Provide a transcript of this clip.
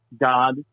God